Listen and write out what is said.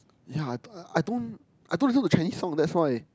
ya I thought I don't I don't listen to Chinese song that's why